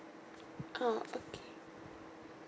oh okay